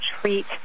treat